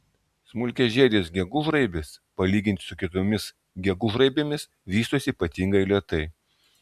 smulkiažiedės gegužraibės palyginti su kitomis gegužraibėmis vystosi ypatingai lėtai